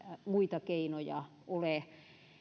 muita keinoja ole